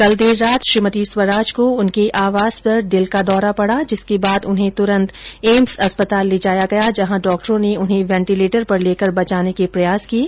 कल देर रात श्रीमती स्वराज को उनके आवास पर दिल का दौरा पडा जिसके बाद उन्हें त्रंत एम्स अस्पताल में ले जाया गया जहां डॉक्टरों ने उन्हें वेन्टीलेटर पर लेकर बचाने के प्रयास किये